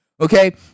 okay